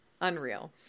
unreal